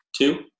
two